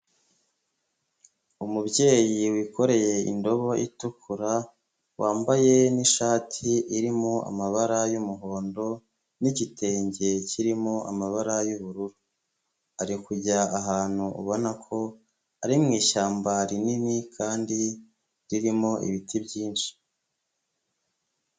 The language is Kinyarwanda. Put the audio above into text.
Umubyeyi wikoreye indobo itukura, wambaye n'ishati irimo amabara y'umuhondo, n'igitenge kirimo amabara y'ubururu, ari kujya ahantu ubona ko ari mu ishyamba rinini kandi ririmo ibiti byinshi.